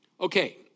Okay